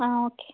ആ ഓക്കെ